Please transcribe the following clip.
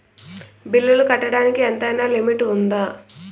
బిల్లులు కట్టడానికి ఎంతైనా లిమిట్ఉందా?